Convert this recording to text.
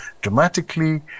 dramatically